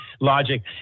logic